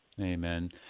Amen